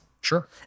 Sure